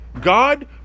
God